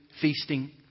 feasting